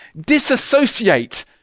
disassociate